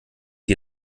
die